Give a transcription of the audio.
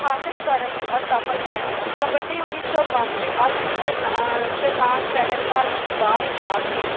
ਹਾਸਿਲ ਕਰਨ ਲਈ ਅਸਫਲ ਹੈ ਕਬੱਡੀ ਉੱਨੀ ਸੌ ਬਾਨਵੇਂ ਅਲਟ ਚਨਾ ਚਟਾਨ ਪਹਿਰੇਦਾਰ ਵਿੱਚ ਬਾਹਰ ਗਿਆ ਸੀ